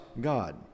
God